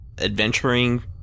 adventuring